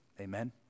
Amen